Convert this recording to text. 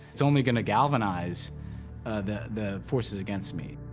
it's only going to galvanize the, the forces against me.